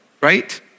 right